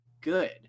good